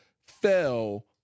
fell